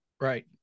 right